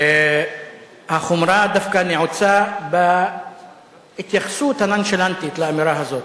החומרה דווקא נעוצה בהתייחסות הנונשלנטית לאמירה הזאת.